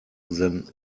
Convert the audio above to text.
than